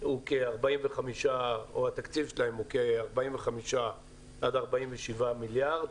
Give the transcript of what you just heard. או התקציב שלהם הוא כ-45 עד 47 מיליארד,